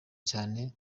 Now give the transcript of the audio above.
cyane